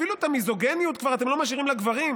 אפילו את המיזוגיניות אתם לא משאירים לגברים?